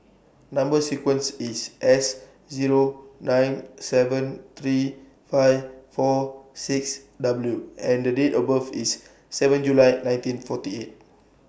Number sequence IS S Zero nine seven three five four six W and Date of birth IS seven July nineteen forty eight